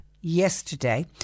yesterday